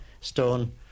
stone